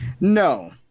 No